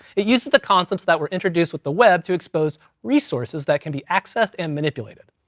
it uses the concepts that were introduced with the web to expose resources that can be accessed, and manipulated.